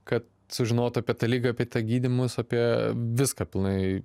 kad sužinotų apie tą ligą apie tą gydymus apie viską pilnai